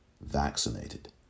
vaccinated